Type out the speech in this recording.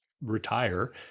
retire